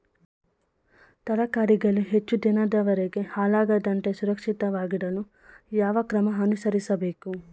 ತರಕಾರಿಗಳು ಹೆಚ್ಚು ದಿನದವರೆಗೆ ಹಾಳಾಗದಂತೆ ಸುರಕ್ಷಿತವಾಗಿಡಲು ಯಾವ ಕ್ರಮ ಅನುಸರಿಸಬೇಕು?